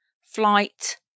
flight